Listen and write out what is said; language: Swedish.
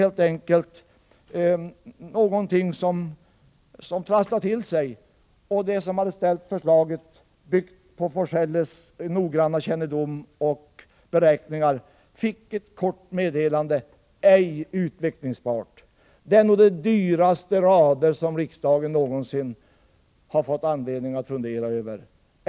Genom sorgliga omständigheter trasslade det till sig, och de som hade framlagt förslaget, byggt på Forselles noggranna kännedom och beräkningar, fick ett kort meddelande: ”ej utvecklingsbart”. Det är nog de dyraste rader som riksdagen någonsin har fått anledning att fundera över.